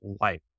Life